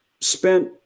spent